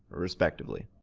respectively.